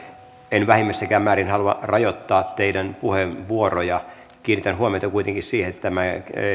en vähimmässäkään määrin halua rajoittaa teidän puheenvuorojanne kiinnitän huomiota kuitenkin siihen että tämä